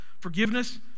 Forgiveness